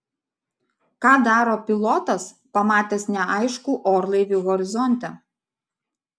ką daro pilotas pamatęs neaiškų orlaivį horizonte